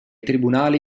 tribunali